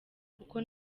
kuko